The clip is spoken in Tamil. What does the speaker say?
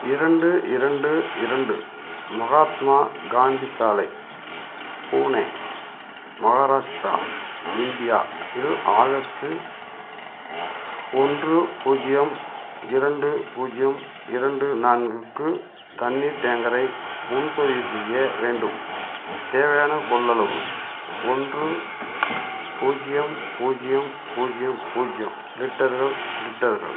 இரண்டு இரண்டு இரண்டு மகாத்மா காந்தி சாலை புனே மகாராஷ்டிரா இந்தியா இல் ஆகஸ்ட்டு ஒன்று பூஜ்யம் இரண்டு பூஜ்யம் இரண்டு நான்குக்கு தண்ணீர் டேங்கரை முன்பதிவு செய்ய வேண்டும் தேவையான கொள்ளளவு ஒன்று பூஜ்யம் பூஜ்யம் பூஜ்யம் பூஜ்யம் லிட்டர்கள் லிட்டர்கள்